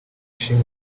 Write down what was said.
shima